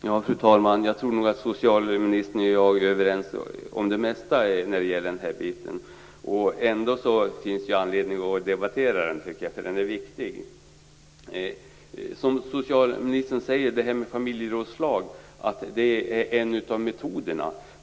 Fru talman! Jag tror nog att socialministern och jag är överens om det mesta i den här frågan. Ändå finns det anledning att debattera den, för den är viktig. Socialministern säger att familjerådslag är en av metoderna.